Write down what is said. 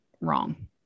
wrong